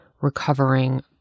recovering